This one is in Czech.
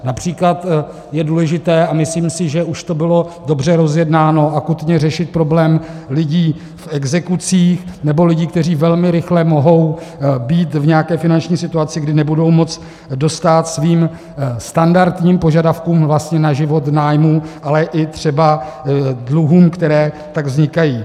Například je důležité, a myslíme si, že už to bylo dobře rozjednáno, akutně řešit problém lidí v exekucích nebo lidí, kteří velmi rychle mohou být v nějaké finanční situaci, kdy nebudou moci dostát svým standardním požadavkům na život v nájmu, ale i třeba dluhům, které tak vznikají.